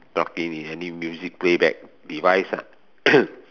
plug in any music playback device ah